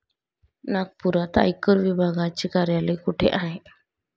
नागपुरात आयकर विभागाचे कार्यालय कुठे आहे?